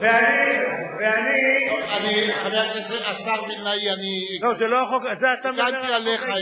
ואני, השר וילנאי, אני הגנתי עליך,